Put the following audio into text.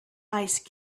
ice